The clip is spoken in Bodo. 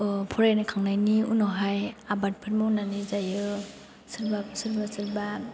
फरायखांनायनि उनावहाय आबादफोर मावनानै जायो सोरबा सोरबा